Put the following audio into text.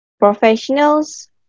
professionals